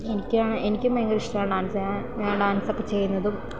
എനിക്കാണ് എനിക്കും ഭയങ്കര ഇഷ്ടമാണ് ഡാൻസ് ചെയ്യാൻ ഞാൻ ഡാൻസൊക്കെ ചെയ്യുന്നതും